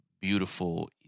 beautiful